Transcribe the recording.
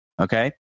okay